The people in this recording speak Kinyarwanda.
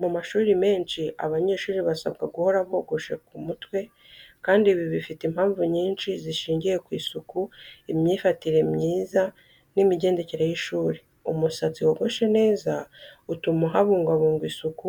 Mu mashuri menshi, abanyeshuri basabwa guhora bogoshe ku mutwe, kandi ibi bifite impamvu nyinshi zishingiye ku isuku, imyifatire myiza n’imigendekere y’ishuri. Umusatsi wogoshwe neza utuma habungwabungwa isuku,